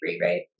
right